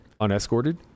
unescorted